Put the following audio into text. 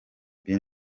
bin